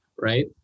right